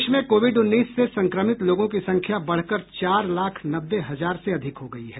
देश में कोविड उन्नीस से संक्रमित लोगों की संख्या बढकर चार लाख नब्बे हजार से अधिक हो गयी है